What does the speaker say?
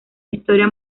historia